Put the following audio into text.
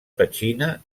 petxina